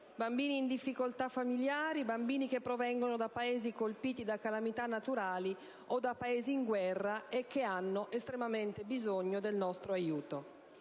abbandonati, in difficoltà familiari, bambini che provengono da Paesi colpiti da calamità naturali o da Paesi in guerra e che hanno estremamente bisogno del nostro aiuto.